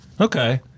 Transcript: Okay